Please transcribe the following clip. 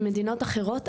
במדינות אחרות,